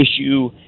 issue